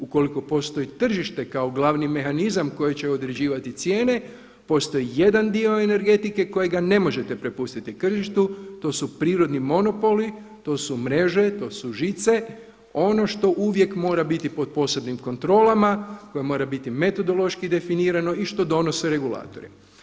Ukoliko postoji tržište kao glavni mehanizam koji će određivati cijene postoji jedan dio energetike kojega ne možete prepustiti tržištu, to su prirodni monopoli, to su mreže, to su žice, ono što uvijek mora biti pod posebnim kontrolama, koje mora biti metodološki definirano i što donose regulatori.